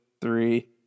three